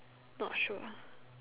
not sure